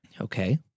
Okay